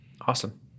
Awesome